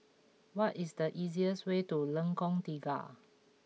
what is the easiest way to Lengkong Tiga